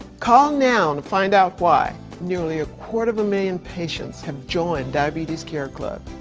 call now to find out why nearly a quarter of a million patients have joined diabetes care club.